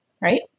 Right